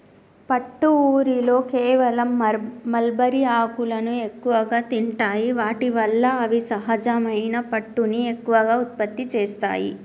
పట్టు ఊరిలో కేవలం మల్బరీ ఆకులను ఎక్కువగా తింటాయి వాటి వల్ల అవి సహజమైన పట్టుని ఎక్కువగా ఉత్పత్తి చేస్తాయి